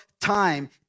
time